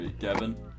kevin